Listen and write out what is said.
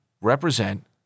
represent